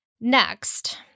Next